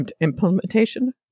implementation